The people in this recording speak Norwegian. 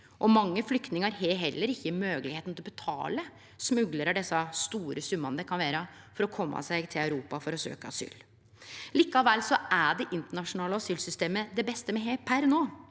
og mange flyktningar har heller ikkje moglegheita til å betale smuglarar dei store summane det kan vere for å kome seg til Europa for å søkje asyl. Likevel er det internasjonale asylsystemet det beste me har per no.